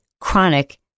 chronic